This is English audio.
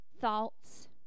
thoughts